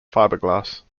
fiberglass